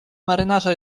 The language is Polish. marynarza